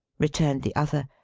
returned the other.